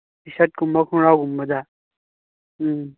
T ꯁꯥꯔꯠꯀꯨꯝꯕ ꯈꯣꯡꯒ꯭ꯔꯥꯎꯒꯨꯝꯕꯗ ꯎꯝ